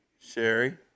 Sherry